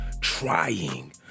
trying